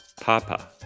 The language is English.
Papa